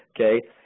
Okay